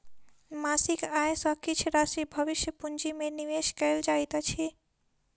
मासिक आय सॅ किछ राशि भविष्य पूंजी में निवेश कयल जाइत अछि